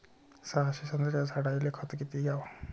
सहाशे संत्र्याच्या झाडायले खत किती घ्याव?